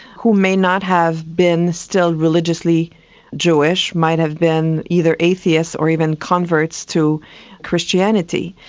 who may not have been still religiously jewish, might have been either atheists or even converts to christianity.